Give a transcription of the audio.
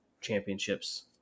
championships